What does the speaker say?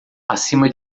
acima